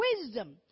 wisdom